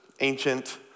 ancient